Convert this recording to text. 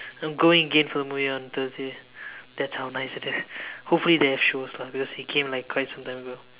I'm going again for the movie on Thursday that's how nice it is hopefully they have shows lah because it came quite some time ago